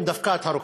דפקה את הרוקחים.